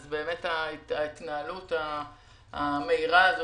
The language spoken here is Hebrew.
אז באמת ההתנהלות המהירה של